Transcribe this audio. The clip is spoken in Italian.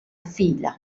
fila